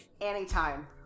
anytime